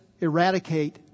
eradicate